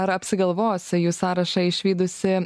ar apsigalvos jų sąrašą išvydusi